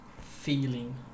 feeling